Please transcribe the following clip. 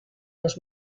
los